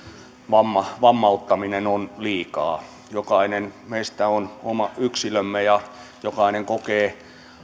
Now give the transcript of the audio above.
vamma vammauttaminen on liikaa jokainen meistä on oma yksilönsä ja jokainen kokee